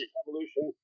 evolution